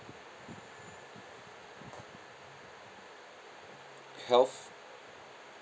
health